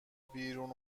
بیرون